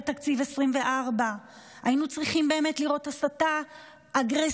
תקציב 2024. היינו צריכים באמת לראות הסטה אגרסיבית